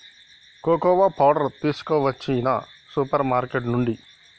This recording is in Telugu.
కోకోవా పౌడరు తీసుకొచ్చిన సూపర్ మార్కెట్ నుండి